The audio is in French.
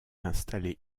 installée